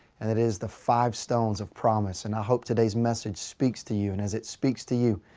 and that is, the five stones of promise. and i hope today's message speaks to you. and as it speaks to you.